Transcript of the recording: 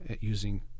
using